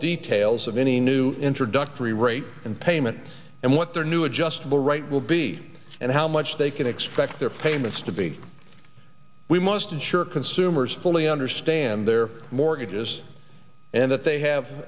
details of any new introductory rate and payment and what their new adjustable rate will be and how much they can expect their payments to be we must ensure consumers fully understand their mortgages and that they have